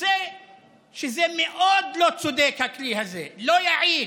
יוצא שהכלי הזה מאוד לא צודק, לא יעיל,